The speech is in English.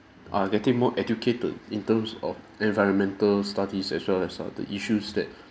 are getting more educated in terms of environmental studies as well as err the issues that